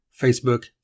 Facebook